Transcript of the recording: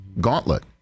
gauntlet